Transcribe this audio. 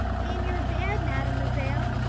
in your bed, mademoiselle.